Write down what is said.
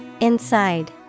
Inside